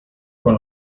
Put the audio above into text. con